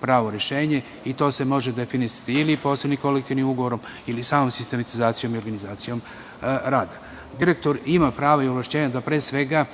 pravo rešenje. To se može definisati ili posebnim kolektivnim ugovorom ili samom sistematizacijom i organizacijom rada. Direktor ima prava i ovlašćenja da pre svega